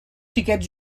xiquets